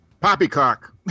Poppycock